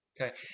okay